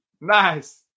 Nice